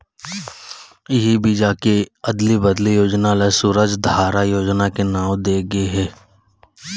इही बीजा के अदली बदली योजना ल सूरजधारा योजना के नांव दे गे हे